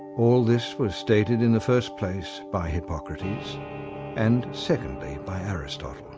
all this was stated in the first place by hippocrates and secondly, by aristotle.